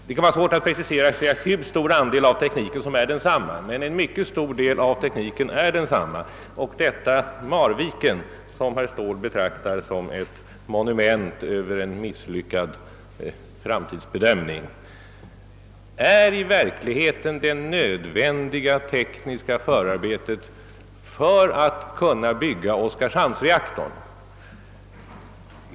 Det kan vara svårt att precisera hur stor andel av tekniken som är densamma, men det är en mycket stor del. Verksamheten i Marviken, som herr Ståhl betraktar som ett monument över en misslyckad framtidsbedömning, utgör i verkligheten det nödvändiga tekniska förarbetet för att kunna bygga oskarshamnsreaktorn.